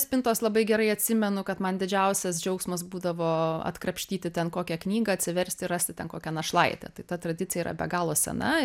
spintos labai gerai atsimenu kad man didžiausias džiaugsmas būdavo atkrapštyti ten kokią knygą atsiversti rasti ten kokią našlaitę tai ta tradicija yra be galo sena